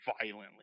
violently